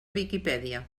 viquipèdia